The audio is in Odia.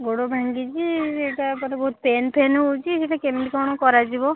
ଗୋଡ଼ ଭାଙ୍ଗିଛି ତା ଉପରେ ଭାରି ପେନ୍ ଫେନ୍ ହେଉଛି ସେଟା କେମିତି କଣ କରାଯିବ